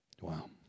Wow